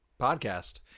podcast